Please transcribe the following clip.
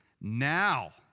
Now